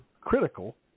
critical